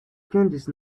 candice